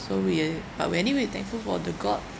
so weird but we anyway thankful for the god